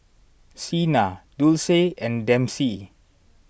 Sena Dulce and Dempsey